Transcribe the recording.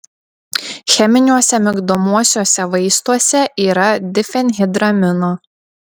cheminiuose migdomuosiuose vaistuose yra difenhidramino